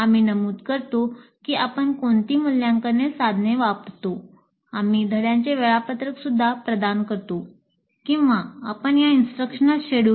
पुढील महत्त्वाचा मुद्दा म्हणजे 'का